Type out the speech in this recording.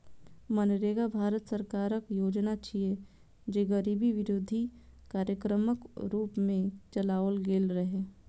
मनरेगा भारत सरकारक योजना छियै, जे गरीबी विरोधी कार्यक्रमक रूप मे चलाओल गेल रहै